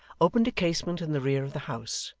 opened a casement in the rear of the house,